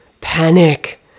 Panic